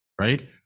right